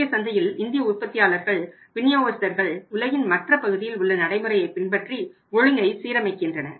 இந்திய சந்தையில் இந்திய உற்பத்தியாளர்கள் விநியோகஸ்தர்கள் உலகின் மற்ற பகுதியில் உள்ள நடைமுறையை பின்பற்றி ஒழுங்கை சீரமைக்கின்றன